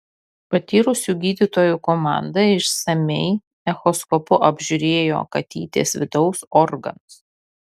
patyrusių gydytojų komanda išsamiai echoskopu apžiūrėjo katytės vidaus organus